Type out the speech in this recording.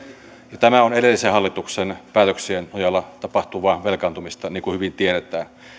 ja tämä on edellisen hallituksen päätöksien nojalla tapahtuvaa velkaantumista niin kuin hyvin tiedetään